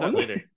later